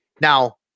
Now